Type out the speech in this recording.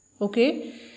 Okay